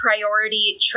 Priority